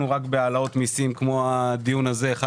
ויודעים שלא התעסקנו רק בהעלאות מיסים כמו הדיון הזה - גם